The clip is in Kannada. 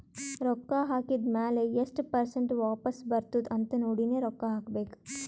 ರೊಕ್ಕಾ ಹಾಕಿದ್ ಮ್ಯಾಲ ಎಸ್ಟ್ ಪರ್ಸೆಂಟ್ ವಾಪಸ್ ಬರ್ತುದ್ ಅಂತ್ ನೋಡಿನೇ ರೊಕ್ಕಾ ಹಾಕಬೇಕ